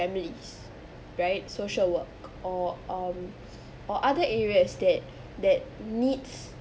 families right social work or um or other area instead that needs